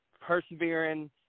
persevering